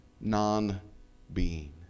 non-being